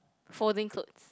folding clothes